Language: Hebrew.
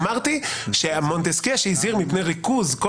אמרתי שמונטסקייה שהזהיר מפני ריכוז כל